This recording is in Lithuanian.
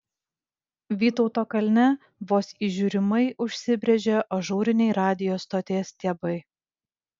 vytauto kalne vos įžiūrimai užsibrėžė ažūriniai radijo stoties stiebai